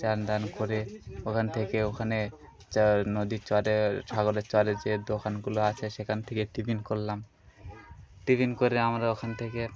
স্নান দান করে ওখান থেকে ওখানে নদীর চরে সাগরের চরে যে দোকানগুলো আছে সেখান থেকে টিফিন করলাম টিফিন করে আমরা ওখান থেকে